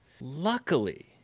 Luckily